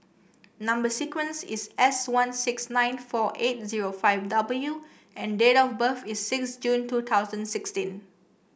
number sequence is S one six nine four eight zero five W and date of birth is six June two thousand sixteen